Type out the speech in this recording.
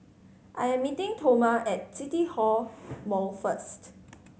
I am meeting Toma at CityLink Mall first